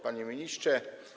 Panie Ministrze!